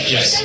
Yes